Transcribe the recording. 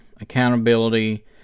accountability